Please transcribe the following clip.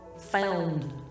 found